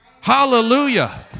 Hallelujah